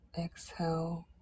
exhale